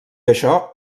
això